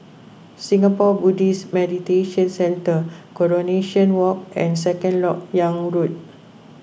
Singapore Buddhist Meditation Centre Coronation Walk and Second Lok Yang Road